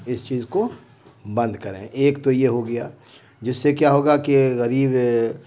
اس چیز کو بند کریں ایک تو یہ ہو گیا جس سے کیا ہوگا کہ غریب